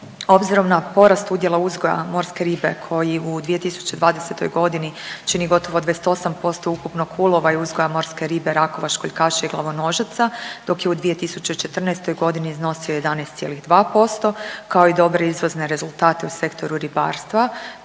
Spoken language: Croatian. Obzirom na porast udjela uzgoja morske ribe koji u 2020. g. čini gotovo 28% ukupnog ulova i uzgoja morske ribe, rakova, školjkaša i glavonožaca, dok je 2014. iznosio 11,2%, kao i dobre izvozne rezultate u sektoru ribarstva.